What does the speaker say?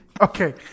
Okay